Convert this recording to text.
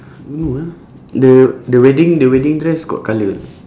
no ah the the wedding the wedding dress got colour or not